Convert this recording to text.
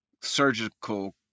surgical